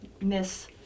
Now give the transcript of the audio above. miss